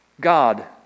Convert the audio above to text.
God